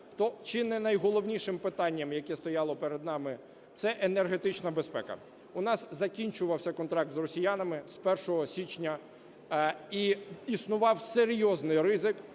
то чи не найголовнішим питанням, яке стояло перед нами, це енергетична безпека. У нас закінчувався контракт з росіянами з 1 січня, і існував серйозний ризик,